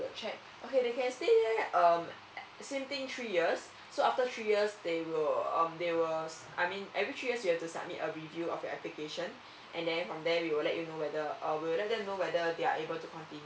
check okay they can stay there um same thing three years so after three years they will um they will I mean every three years you have to submit a review of your application and then from there we will let you know whether uh we will let them know whether they are able to continue